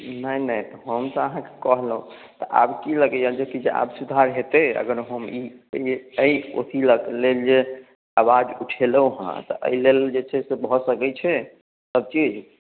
नहि नहि हम तऽ अहाँकेँ कहलहुँ तऽ आब की लगैए कि जे किछु आब सुधार हेतै अगर हम ई एहि अथिके लेल जे आवाज उठेलहुँ हेँ तऽ एहि लेल जे छै से भऽ सकैत छै सभचीज